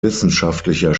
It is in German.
wissenschaftlicher